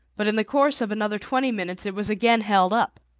but in the course of another twenty minutes it was again held up.